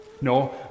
No